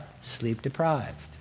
sleep-deprived